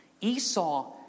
Esau